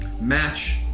match